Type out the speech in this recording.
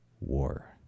war